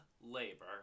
labor